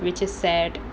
which is sad